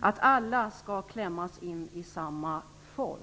att alla skall stöpas i samma form.